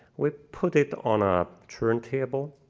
we put it on a turntable.